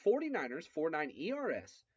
49ers49ERS